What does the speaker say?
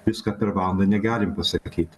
viską per valandą negalim pasakyti